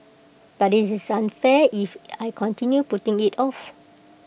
but IT is unfair if I continue putting IT off